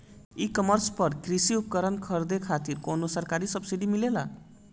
ई कॉमर्स पर कृषी उपकरण खरीदे खातिर कउनो सरकारी सब्सीडी मिलेला?